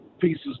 pieces